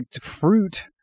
fruit